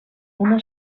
una